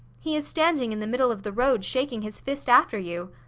he is standing in the middle of the road shaking his fist after you.